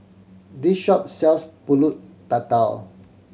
this shop sells Pulut Tatal